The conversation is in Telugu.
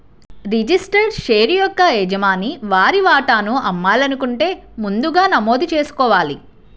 రిజిస్టర్డ్ షేర్ యొక్క యజమాని వారి వాటాను అమ్మాలనుకుంటే ముందుగా నమోదు చేసుకోవాలి